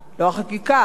תהליך הבאת,